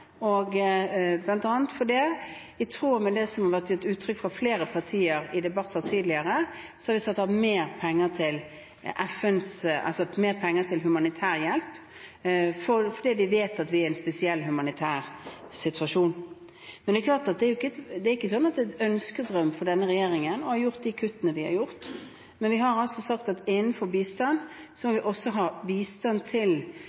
og i tråd med det som det har vært gitt uttrykk for fra flere partier i debatter tidligere, har vi satt av mer penger til humanitær hjelp fordi vi vet at vi er i en spesiell humanitær situasjon. Det er klart at det ikke er en ønskedrøm for denne regjeringen å ha foretatt disse kuttene. Men vi har altså sagt at innenfor bistand må vi også ha førsteårsbistand til flyktninger i Norge – det er også bistand. Det er bistand til